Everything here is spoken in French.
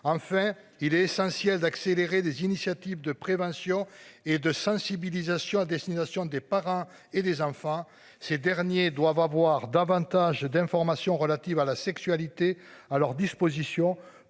enfin il est essentiel d'accélérer des initiatives de prévention et de sensibilisation à destination des parents et des enfants, ces derniers doivent avoir davantage d'informations relatives à la sexualité à leur disposition